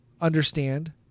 understand